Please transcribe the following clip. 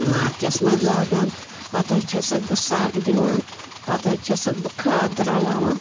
مارچس منٛز لاگان پتہٕ حظ چھَ سَکھ بہٕ سگ دِوان پتہٕ حظ چھَ سَکھ بہٕ کھاد رَلاوان